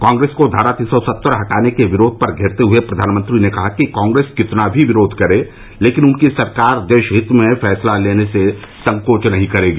कांग्रेस को धारा तीन सौ सत्तर हटाने के विरोध पर घेरते हए प्रधानमंत्री ने कहा कि कांग्रेस कितना भी विरोध करे लेकिन उनकी सरकार देश हित में फैंसला लेने से संकोच नहीं करेगी